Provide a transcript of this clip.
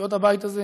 סיעות הבית הזה.